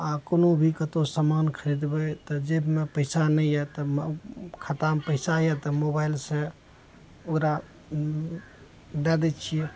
आओर कोनो भी कतहु सामान खरिदबय तऽ जेबमे पैसा नहि यए तऽ खातामे पैसा यए तऽ मोबाइलसँ ओकरा उँ दए दै छियै